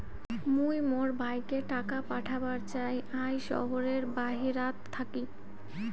মুই মোর ভাইকে টাকা পাঠাবার চাই য়ায় শহরের বাহেরাত থাকি